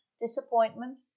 disappointment